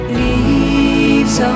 leaves